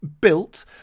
built